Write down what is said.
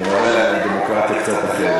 במליאה היית שומעת את מה שאת אומרת,